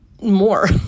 more